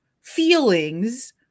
feelings